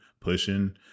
pushing